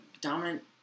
Dominant